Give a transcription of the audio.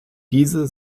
diese